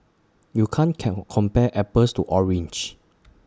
you can't can compare apples to oranges